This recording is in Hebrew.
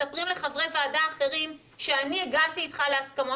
מספרים לחברי ועדה אחרים שאני הגעתי איתך להסכמות